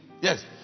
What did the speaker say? yes